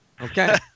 Okay